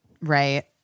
right